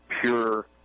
pure